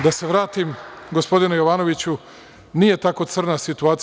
Da se vratim, gospodine Jovanoviću, nije tako crna situacija.